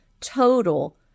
total